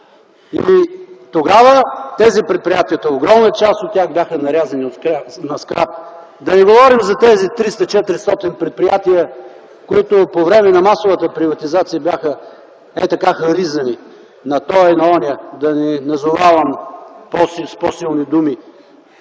Тогава тези предприятия, огромна част от тях бяха нарязани на скрап. Да не говорим за тези 300-400 предприятия, които по време на масовата приватизация бяха ей така харизани на тоя и на оня, да не назовавам с по-силни думи.